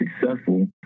successful